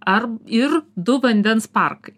ar ir du vandens parkai